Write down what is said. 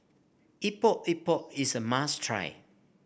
Epok Epok is a must try